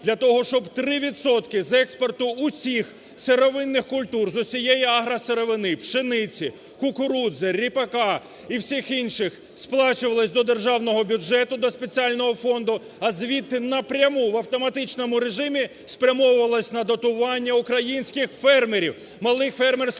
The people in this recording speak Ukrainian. Для того, щоб три відсотки з експорту всіх сировинних культур з усієї агросировини: пшениці, кукурудзи, ріпака і всіх інших – сплачувались до державного бюджету, до спеціального фонду, а звідти напряму в автоматичному режимі спрямовувалась на дотування українських фермерів, малих фермерських господарств.